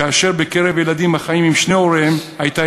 כאשר בקרב ילדים החיים עם שני הוריהם הייתה